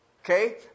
Okay